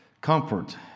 comfort